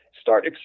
start